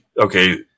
okay